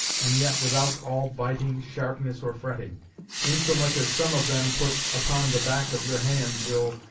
and yet without all biting, sharpness, or fretting insomuch as some of them put upon the back of your hand will,